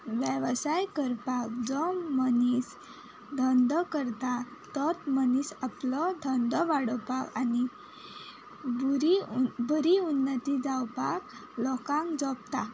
वेवसाय करपाक जो मनीस धंदो करता तोच मनीस आपलो धंदो वाडोवपाक आनी बरी बरी उन्नती जावपाक लोकांक